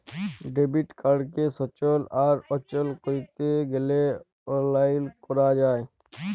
debit কাড়কে সচল আর অচল ক্যরতে গ্যালে অললাইল ক্যরা যায়